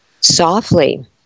Softly